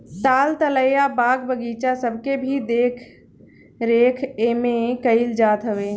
ताल तलैया, बाग बगीचा सबके भी देख रेख एमे कईल जात हवे